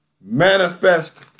manifest